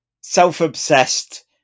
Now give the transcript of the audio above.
self-obsessed